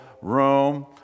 room